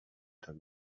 tak